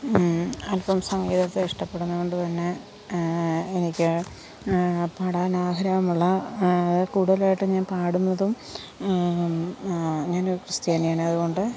അൽപ്പം സംഗീതത്തെ ഇഷ്ടപ്പെടുന്നത് കൊണ്ടുതന്നെ എനിക്ക് പാടാൻ ആഗ്രഹമുള്ള കൂടുതലായിട്ട് ഞാൻ പാടുന്നതും ഞാൻ ക്രിസ്ത്യാനി ആണ് അതുകൊണ്ട്